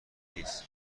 نیست